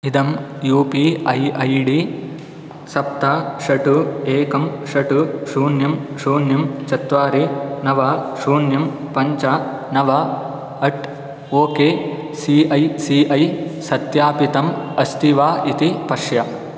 इदम् U P I I D सप्त षट् एकं षट् शून्यं शून्यं चत्वारि नव शून्यं पञ्च नव at O K C I C I सत्यापितम् अस्ति वा इति पश्य